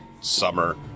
summer